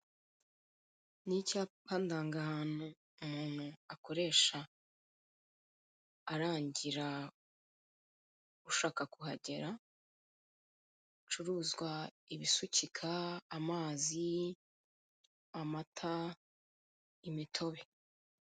Ni icyapa ndangahantu umuntu akoresha arangira ushaka kuhagera, ibicuruzwa, ibisukika, amazi, amata, imitobe.